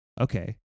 Okay